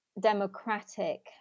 democratic